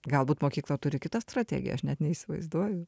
galbūt mokykla turi kitą strategiją aš net neįsivaizduoju